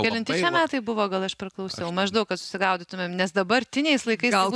kelinti metai buvo gal aš priklausiau maždaug kad susigaudytumėm nes dabartiniais laikais galbūt